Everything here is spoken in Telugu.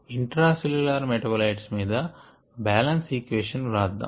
ఇంట్రా సెల్ల్యూలార్ మెటాబోలైట్స్ మీద బ్యాలెన్స్ ఈక్వేషన్ వ్రాద్దాం